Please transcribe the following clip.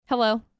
Hello